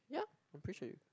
ya I'm pretty sure